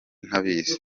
ntabizi